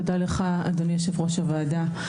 תודה רבה לך אדוני יו"ר הוועדה.